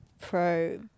pro